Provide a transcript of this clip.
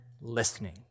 listening